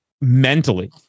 mentally